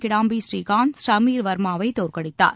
கிடாம்பி ஸ்ரீகாந்த் சமீர் வர்மாவை தோற்கடித்தார்